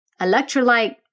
electrolyte